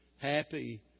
Happy